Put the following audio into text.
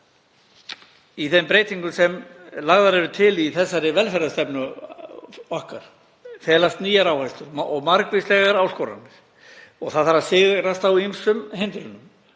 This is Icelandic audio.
Í þeim breytingum sem lagðar eru til í þessari velferðarstefnu okkar felast nýjar áherslur og margvíslegar áskoranir. Það þarf að sigrast á ýmsum hindrunum